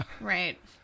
Right